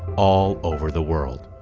all over the world.